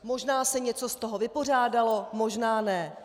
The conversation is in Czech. Možná se něco z toho vypořádalo, možná ne.